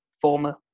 former